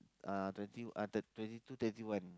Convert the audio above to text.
uh twenty uh thirt~ twenty two twenty one